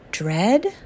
Dread